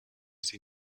sie